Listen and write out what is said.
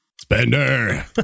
spender